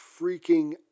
freaking